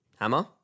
Hammer